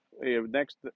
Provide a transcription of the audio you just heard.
Next